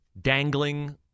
dangling